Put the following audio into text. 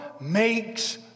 makes